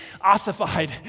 ossified